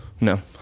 No